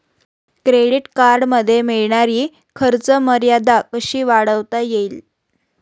Credit कार्डमध्ये मिळणारी खर्च मर्यादा कशी वाढवता येईल?